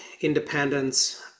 independence